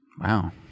Wow